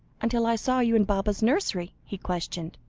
until i saw you in baba's nursery? he questioned.